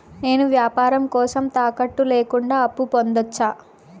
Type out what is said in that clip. నేను వ్యాపారం కోసం తాకట్టు లేకుండా అప్పు పొందొచ్చా?